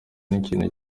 n’ikintu